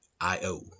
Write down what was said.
IO